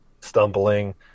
stumbling